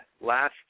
last